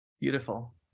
Beautiful